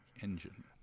engine